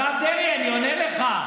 הרב דרעי, אני עונה לך.